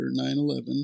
9-11